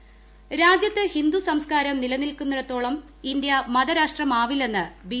അബ്ദുള്ളകുട്ടി രാജ്യത്ത് ഹിന്ദുസംസ്കാരം നിലനിൽക്കുന്നിടത്തോളം ഇന്ത്യ മതരാഷ്ട്രമാവില്ലെന്ന് ബി